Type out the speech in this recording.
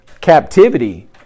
captivity